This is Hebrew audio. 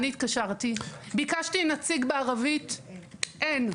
אני התקשרתי, ביקשתי נציג בערבית אין.